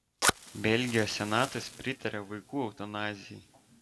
belgijos senatas pritarė vaikų eutanazijai